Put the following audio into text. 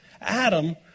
Adam